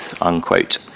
unquote